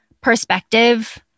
perspective